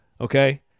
okay